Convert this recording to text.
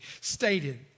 stated